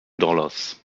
dollars